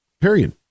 Period